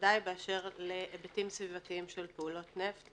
ובוודאי באשר להיבטים סביבתיים של פעולות נפט.